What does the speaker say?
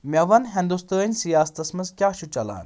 مےٚ ون ہندوستٲنۍ سیاستس منٛز کیاہ چھُ چلان